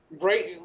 Right